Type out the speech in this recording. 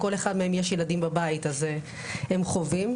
לכל אחד מהם יש ילדים בבית, אז הם חווים.